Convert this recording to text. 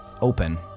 open